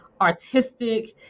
artistic